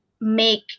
make